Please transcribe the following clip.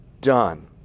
done